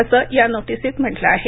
असं या नोटिसीत म्हटलं आहे